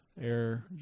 Air